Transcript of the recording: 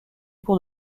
pour